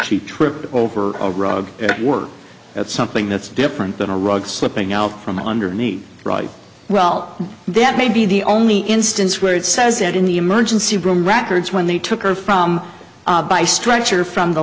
key tripped over a rug work that's something that's different than a rug slipping out from underneath right well that may be the only instance where it says that in the emergency room records when they took her from by stretcher from the